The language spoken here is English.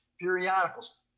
periodicals